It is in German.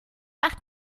macht